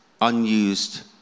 unused